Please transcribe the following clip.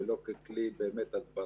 זה יריד תיירות שמתקיים באמירויות בזמן המבצע.